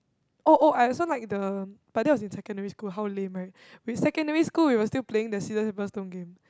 oh oh I also like the but that was in secondary school how lame right we secondary school we were still playing the scissors paper stone game